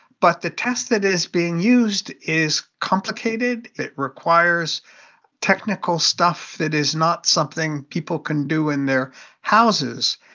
but the test that is being used is complicated. it requires technical stuff that is not something people can do in their houses.